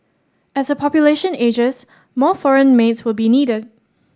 as the population ages more foreign maids will be needed